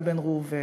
איל בן ראובן.